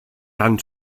tan